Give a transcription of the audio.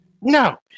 no